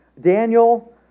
Daniel